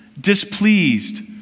displeased